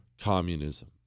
communism